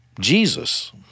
Jesus